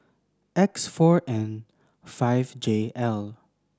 X four N five J L